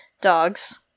dogs